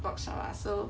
blogshop lah so